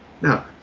Now